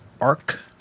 arc